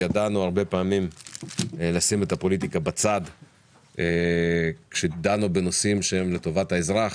ידענו הרבה פעמים לשים את הפוליטיקה בצד כשדנו בנושאים שהם לטובת האזרח.